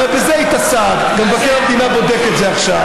הרי בזה התעסקת, מבקר המדינה בודק את זה עכשיו.